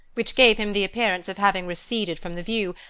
which gave him the appearance of having receded from the view,